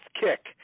kick